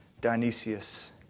Dionysius